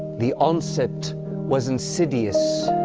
the onset was insidious.